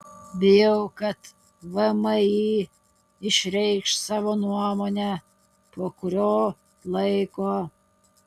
bijau kad vmi išreikš savo nuomonę po kurio laiko